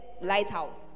lighthouse